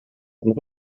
und